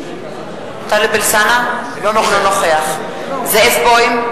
אינו נוכח זאב בוים,